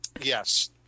yes